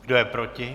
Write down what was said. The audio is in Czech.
Kdo je proti?